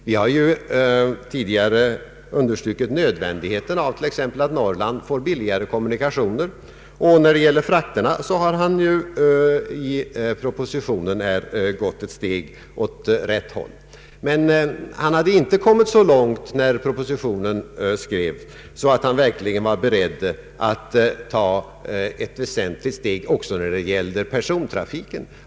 Vi har tidigare understrukit nödvändigheten av att Norrland får billigare kommunikationer, och när det gäller frakterna har han i propositionen tagit ett steg åt rätt håll. Men han hade när propositionen skrevs inte kommit så långt att han var beredd att ta ett väsentligt steg också när det gäller persontrafiken.